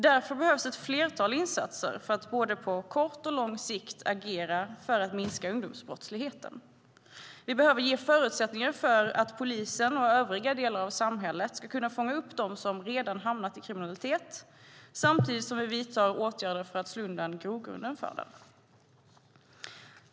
Därför behövs ett flertal insatser för att på både kort och lång sikt agera för att minska ungdomsbrottsligheten. Vi behöver ge förutsättningar för att polisen och övriga delar av samhället ska kunna fånga upp dem som redan hamnat i kriminalitet samtidigt som vi vidtar åtgärder för att slå undan grogrunden för den.